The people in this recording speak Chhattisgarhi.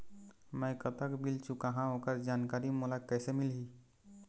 मैं कतक बिल चुकाहां ओकर जानकारी मोला कइसे मिलही?